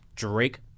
Drake